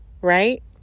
Right